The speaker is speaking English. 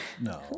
No